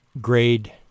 grade